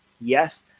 yes